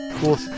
Cool